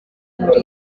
muri